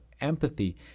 empathy